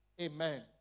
Amen